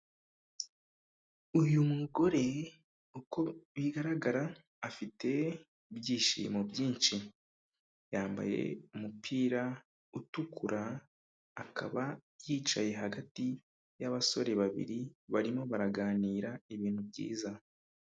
Uyu mugore uko bigaragara afite ibyishimo byinshi, yambaye umupira utukura akaba yicaye hagati y'abasore babiri barimo baraganira ibintu byiza.